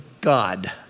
god